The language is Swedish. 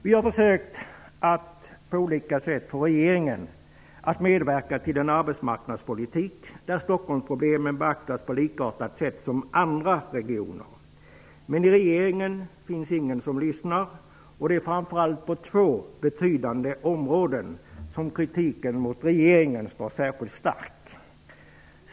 Vi har försökt att på olika sätt få regeringen att medverka till en arbetsmarknadspolitik där Stockholmsproblemen beaktas på samma sätt som problem i andra regioner. Men i regeringen finns ingen som lyssnar. Det är framför allt på två betydande områden som kritiken mot regeringen står särskilt stark.